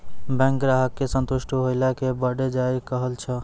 Bank ग्राहक के संतुष्ट होयिल के बढ़ जायल कहो?